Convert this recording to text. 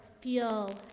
feel